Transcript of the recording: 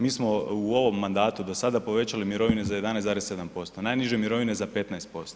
Mi smo u ovom mandatu do sada povećali mirovine za 11,7%, najniže mirovine za 15%